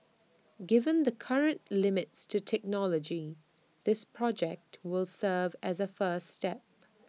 given the current limits to technology this project would serve as A first step